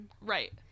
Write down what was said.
Right